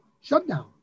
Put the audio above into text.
shutdown